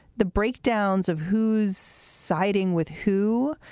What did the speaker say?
the breakdowns of who's siding with who.